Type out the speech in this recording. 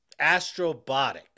Astrobotic